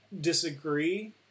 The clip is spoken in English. disagree